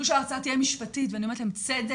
שההרצאה תהיה משפטית ואני אומרת להם "צדק,